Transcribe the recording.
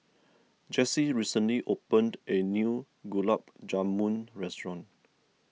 Jesse recently opened a new Gulab Jamun restaurant